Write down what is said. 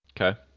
Okay